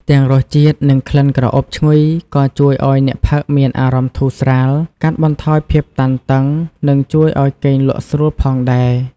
ទាំងរសជាតិ និងក្លិនក្រអូបឈ្ងុយក៏ជួយឲ្យអ្នកផឹកមានអារម្មណ៍ធូរស្រាល កាត់បន្ថយភាពតានតឹង និងជួយឲ្យគេងលក់ស្រួលផងដែរ។